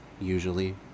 usually